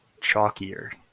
chalkier